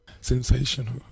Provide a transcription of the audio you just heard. Sensational